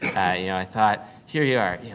i thought, here yeah yeah